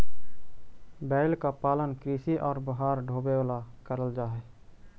बैल का पालन कृषि और भार ढोवे ला करल जा ही